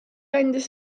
andis